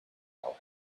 now